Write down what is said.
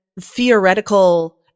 theoretical